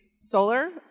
solar